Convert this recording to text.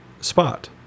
spot